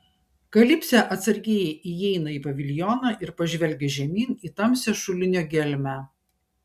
kalipsė atsargiai įeina į paviljoną ir pažvelgia žemyn į tamsią šulinio gelmę